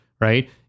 right